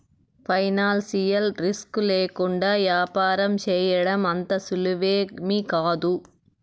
financial risk లేకుండా యాపారం సేయడం అంత సులువేమీకాదు